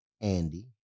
Andy